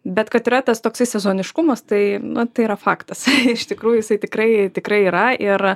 bet kad yra tas toksai sezoniškumas tai nu tai yra faktas iš tikrųjų jisai tikrai tikrai yra ir